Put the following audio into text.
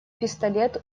пистолет